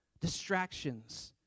distractions